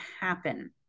happen